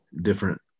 different